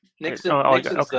Nixon